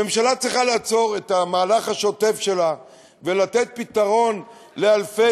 הממשלה צריכה לעצור את המהלך השוטף שלה ולתת פתרון לאלפי